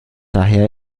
daher